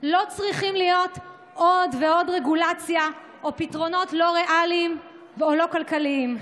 לא צריכים להיות עוד ועוד רגולציה או פתרונות לא ריאליים או לא כלכליים.